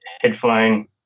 headphone